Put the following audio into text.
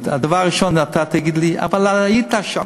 הדבר הראשון שאתה תגיד לי: אבל היית שם.